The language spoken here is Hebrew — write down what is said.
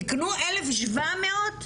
תיקנו 1700 ,